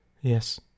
Yes